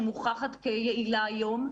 שמוכחת כיעילה היום,